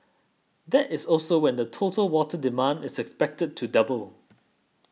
that is also when the total water demand is expected to double